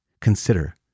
consider